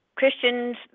Christians